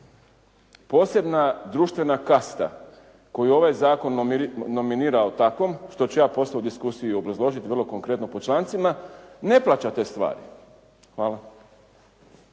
posebna društvena kasta koju ovaj zakon nominirao takvom što ću ja poslije u diskusiji i obrazložiti vrlo konkretno po člancima, ne plaća te stvari. Hvala.